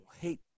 hate